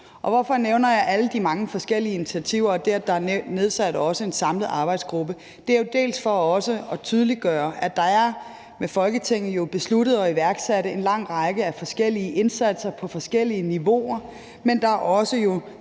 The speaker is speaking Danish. Hvorfor nævner jeg alle de mange forskellige initiativer og det, at der også er nedsat en samlet arbejdsgruppe? Det er bl.a. for at tydeliggøre, at det i Folketinget er besluttet at iværksætte en lang række forskellige indsatser på forskellige niveauer, men der er også